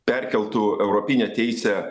perkeltų europinę teisę